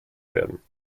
werden